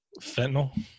Fentanyl